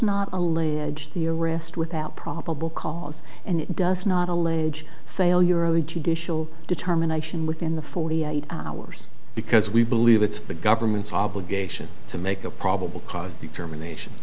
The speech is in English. not allege the arrest without probable cause and it does not allege failure of the judicial determination within the forty eight hours because we believe it's the government's obligation to make a probable cause determination